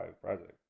project